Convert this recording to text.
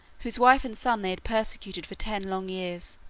whose wife and son they had persecuted for ten long years